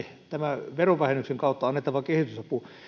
tämä verovähennyksen kautta annettava kehitysapu entisen kehitysavun päälle